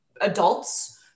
adults